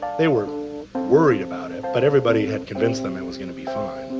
they were worried about it, but everybody had convinced them it was going to be fine,